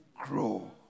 Grow